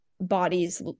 bodies